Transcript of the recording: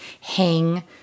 hang